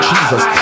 Jesus